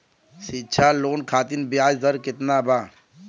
शिक्षा लोन खातिर ब्याज दर केतना बा?